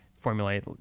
formulate